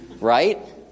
right